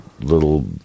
little